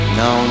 no